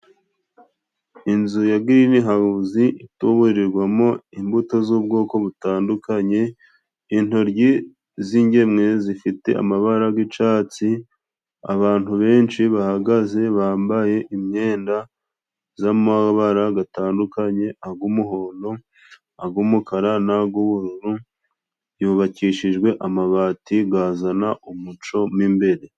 Inzu ya girini hawuzi ituburirwamo imbuto z'ubwoko butandukanye. Intoryi z'ingemwe zifite amabara g'icatsi, abantu benshi bahagaze bambaye imyenda z'amabara gatandukanye. Ag'umuhondo, ag'umukara n'ag'ubururu yubakishijwe amabati gazana umuco mo imbere.